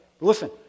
Listen